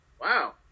Wow